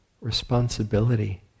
responsibility